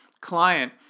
client